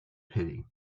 pity